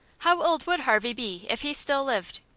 how old would harvey be if he still lived?